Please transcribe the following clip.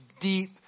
deep